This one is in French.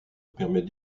permet